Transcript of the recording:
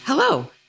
Hello